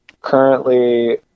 currently